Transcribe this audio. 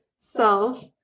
self